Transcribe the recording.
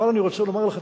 אבל אני רוצה לומר לך,